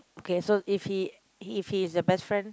okay so if he if he is a best friend